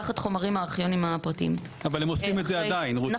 הוא לשחרר כל מסמך תעודה ומילה שנמצאים בארכיונים ומוסתרים שלא בצדק,